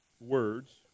words